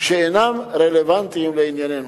שאינם רלוונטיים לענייננו.